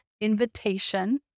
invitation